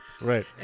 Right